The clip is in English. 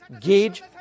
gauge